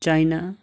China